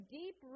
deep